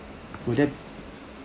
will that